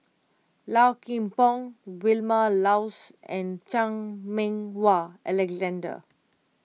Low Kim Pong Vilma Laus and Chan Meng Wah Alexander